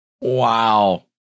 Wow